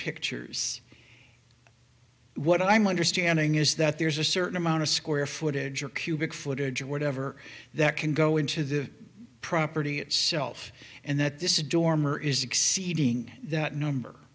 pictures what i'm understanding is that there's a certain amount of square footage or cubic footage or whatever that can go into the property itself and that this dormer is exceeding that number